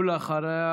ואחריו,